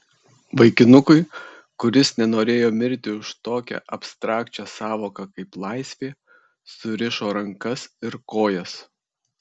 vaikinukui kuris nenorėjo mirti už tokią abstrakčią sąvoką kaip laisvė surišo rankas ir kojas